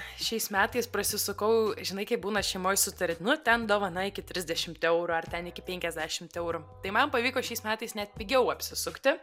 šiais metais prasisukau žinai kaip būna šeimoj sutari nu ten dovana iki trisdešimt eurų ar ten iki penkiasdešimt eurų tai man pavyko šiais metais net pigiau apsisukti